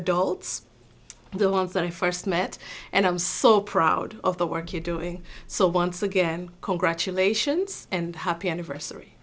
adults the ones that i first met and i'm so proud of the work you're doing so once again congratulations and happy anniversary